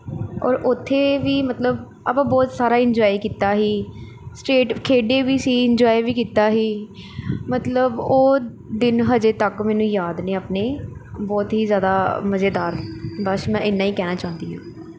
ਔਰ ਉੱਥੇ ਵੀ ਮਤਲਬ ਆਪਾਂ ਬਹੁਤ ਸਾਰਾ ਇੰਜੋਏ ਕੀਤਾ ਸੀ ਸਟੇਟ ਖੇਡੇ ਵੀ ਸੀ ਇੰਜੋਏ ਵੀ ਕੀਤਾ ਸੀ ਮਤਲਬ ਉਹ ਦਿਨ ਅਜੇ ਤੱਕ ਮੈਨੂੰ ਯਾਦ ਨੇ ਆਪਣੇ ਬਹੁਤ ਹੀ ਜ਼ਿਆਦਾ ਮਜ਼ੇਦਾਰ ਬਸ ਮੈਂ ਇੰਨਾ ਹੀ ਕਹਿਣਾ ਚਾਹੁੰਦੀ ਹਾਂ